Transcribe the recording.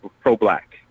pro-black